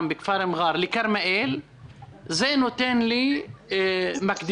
מכפר מע'ר לכרמיאל זה נותן לי תנאי